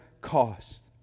cost